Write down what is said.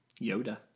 Yoda